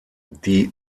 die